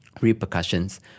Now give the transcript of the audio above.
repercussions